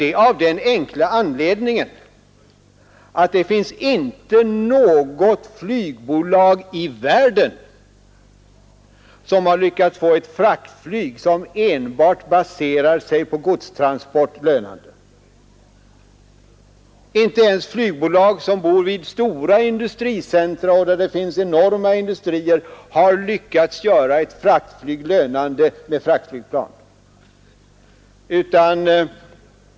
Det av den enkla anledningen att det inte finns något flygbolag i världen som har lyckats få ett fraktflyg som enbart baserar sig på godstransport lönande. Inte ens flygbolag i stora industricentra, där det finns enorma industrier, har lyckats göra ett fraktflyg lönande med enbart godstrafik.